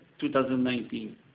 2019